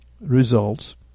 results